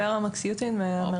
וורה מקסיוטין.